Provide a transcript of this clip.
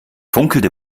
funkelte